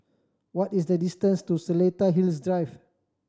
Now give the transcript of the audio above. what is the distance to Seletar Hills Drive